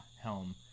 helm